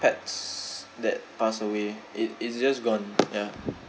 pets that pass away it it's just gone ya